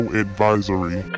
advisory